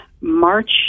March